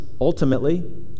ultimately